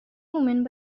moment